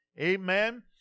Amen